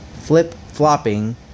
flip-flopping